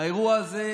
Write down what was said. האירוע הזה,